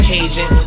Cajun